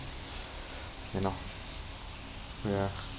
you know ya